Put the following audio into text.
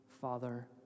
Father